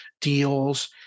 deals